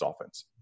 offense